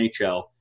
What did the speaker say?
NHL